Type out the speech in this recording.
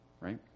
right